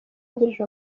wungirije